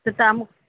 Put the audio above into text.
त तव्हां मु